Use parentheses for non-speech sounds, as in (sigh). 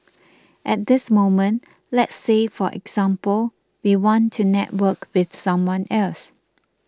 (noise) at this moment let's say for example we want to network with someone else